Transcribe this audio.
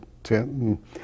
tent